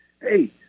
hey